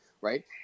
right